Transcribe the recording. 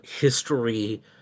history